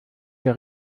der